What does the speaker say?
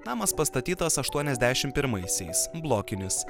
namas pastatytas aštuoniasdešimt pirmaisiais blokinis